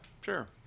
sure